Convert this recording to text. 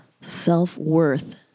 self-worth